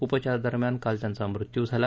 उपचारादरम्यान काल त्यांचा मृत्यू झाला